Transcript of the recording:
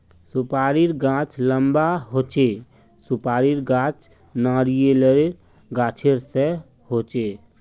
सुपारीर गाछ लंबा होचे, सुपारीर गाछ नारियालेर गाछेर सा होचे